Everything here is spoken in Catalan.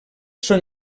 són